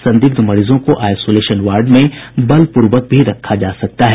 संदिग्ध मरीजों को आईसोलेशन वार्ड में बलपूर्वक भी रखा जा सकता है